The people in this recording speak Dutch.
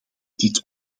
dit